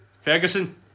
Ferguson